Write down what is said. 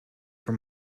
for